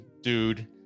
dude